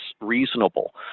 reasonable